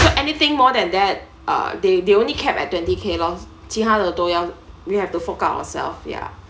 for anything more than that ah they they only kept at twenty K lor 其他的都要 we have to fork out ourself ya